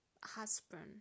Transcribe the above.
husband